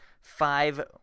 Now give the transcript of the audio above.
five